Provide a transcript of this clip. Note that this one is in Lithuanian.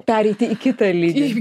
pereiti į kitą lygį